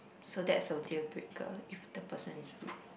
so that's a deal breaker if the person is rude